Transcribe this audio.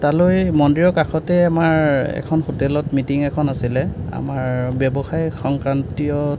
তালৈ মন্দিৰৰ কাষতে আমাৰ এখন হোটেলত মিটিং এখন আছিলে আমাৰ ব্যৱসায় সংক্ৰান্তীয়